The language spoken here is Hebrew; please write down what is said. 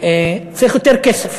צריך יותר כסף.